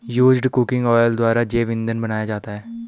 used cooking oil द्वारा जैव इंधन बनाया जाता है